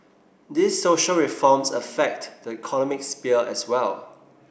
these social reforms affect the economic sphere as well